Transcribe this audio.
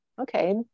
okay